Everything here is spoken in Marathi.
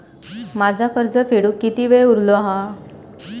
माझा कर्ज फेडुक किती वेळ उरलो हा?